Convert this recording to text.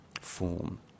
form